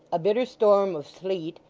a bitter storm of sleet,